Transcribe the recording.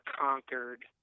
conquered